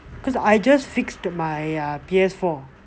because I just fixed my P_S four